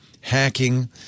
hacking